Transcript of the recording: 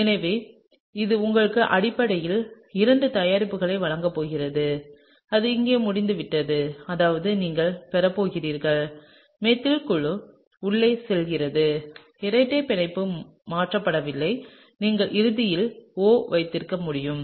எனவே இது உங்களுக்கு அடிப்படையில் இரண்டு தயாரிப்புகளை வழங்கப் போகிறது அது இங்கே முடிந்துவிட்டது அதாவது நீங்கள் பெறப்போகிறீர்கள் மீதில் குழு உள்ளே செல்கிறது இரட்டைப் பிணைப்பு மாற்றப்படவில்லை நீங்கள் இறுதியில் O வைத்திருக்க முடியும்